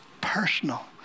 personal